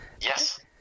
Yes